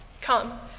Come